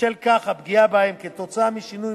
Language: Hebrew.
ובשל כך הפגיעה בהם עקב שינוי